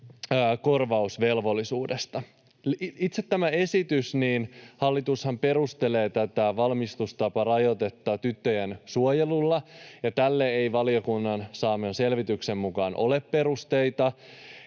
korvausvelvollisuudesta. Mitä tulee itse tähän esitykseen, niin hallitushan perustelee tätä valmistustaparajoitetta tyttöjen suojelulla, ja tälle ei valiokunnan saaman selvityksen mukaan ole perusteita.